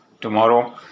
tomorrow